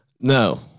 No